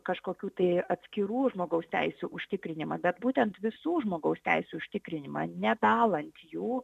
kažkokių tai atskirų žmogaus teisių užtikrinimą bet būtent visų žmogaus teisių užtikrinimą nedalant jų